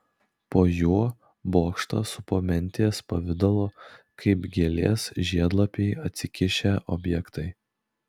po juo bokštą supo mentės pavidalo kaip gėlės žiedlapiai atsikišę objektai